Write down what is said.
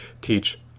teach